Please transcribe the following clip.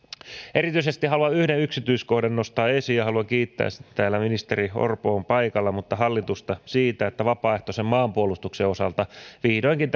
erityisesti haluan yhden yksityiskohdan nostaa esiin ja haluan kiittää täällä ministeri orpo on paikalla hallitusta siitä että vapaaehtoisen maanpuolustuksen osalta vihdoinkin